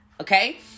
okay